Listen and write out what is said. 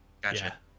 Gotcha